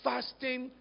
Fasting